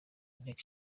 nteko